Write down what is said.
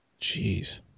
Jeez